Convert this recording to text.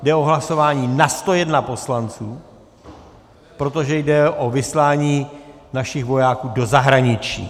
Jde o hlasování na 101 poslanců, protože jde o vyslání našich vojáků do zahraničí.